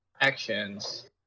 Actions